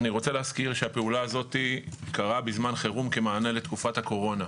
אני רוצה להזכיר שהפעולה הזאת קרה בזמן חירום כמענה לתקופת הקורונה.